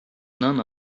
none